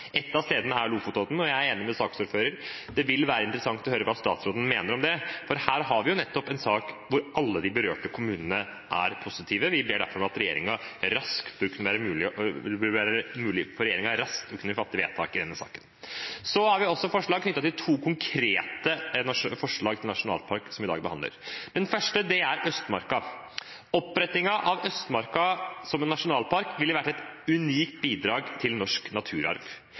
Et av stedene er Lofotodden. Jeg er enig med saksordføreren, det vil være interessant å høre hva statsråden mener om det, for her har vi nettopp en sak hvor alle de berørte kommunene er positive. Vi mener derfor det bør være mulig for regjeringen raskt å kunne fatte vedtak i denne saken. Vi har også to konkrete forslag til nasjonalpark som vi behandler i dag. Det første gjelder Østmarka. Opprettelse av Østmarka som nasjonalpark ville vært et unikt bidrag til norsk naturarv.